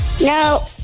No